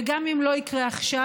וגם אם זה לא יקרה עכשיו,